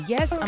Yes